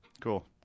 Cool